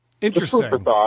Interesting